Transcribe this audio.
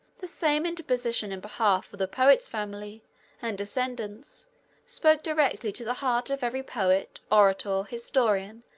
the same interposition in behalf of the poet's family and descendants spoke directly to the heart of every poet, orator, historian,